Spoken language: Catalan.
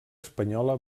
espanyola